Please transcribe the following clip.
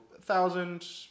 thousand